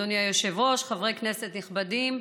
אדוני היושב-ראש, חברי כנסת נכבדים,